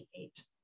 Eight